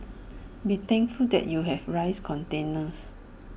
be thankful that you have rice containers